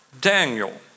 Daniel